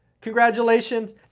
congratulations